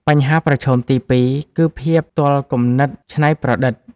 បញ្ហាប្រឈមទី២ គឺភាពទាល់គំនិតច្នៃប្រឌិត។